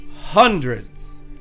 Hundreds